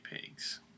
pigs